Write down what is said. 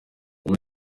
ubu